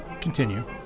Continue